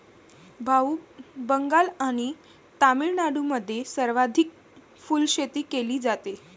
भाऊ, बंगाल आणि तामिळनाडूमध्ये सर्वाधिक फुलशेती केली जाते